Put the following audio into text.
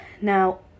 Now